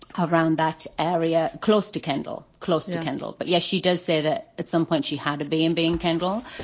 around that area, close to kendall, closer to kendall. but yes, she does say that at some point she had to be in being kendall.